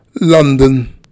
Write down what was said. london